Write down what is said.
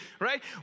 right